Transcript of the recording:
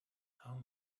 how